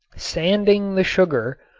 sanding the sugar,